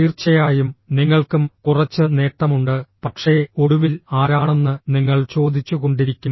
തീർച്ചയായും നിങ്ങൾക്കും കുറച്ച് നേട്ടമുണ്ട് പക്ഷേ ഒടുവിൽ ആരാണെന്ന് നിങ്ങൾ ചോദിച്ചുകൊണ്ടിരിക്കും